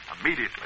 Immediately